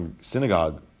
synagogue